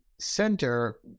center